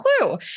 clue